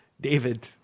David